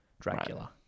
Dracula